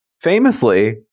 famously